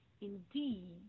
indeed